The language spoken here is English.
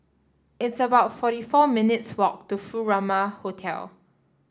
it's about forty four minutes' walk to Furama Hotel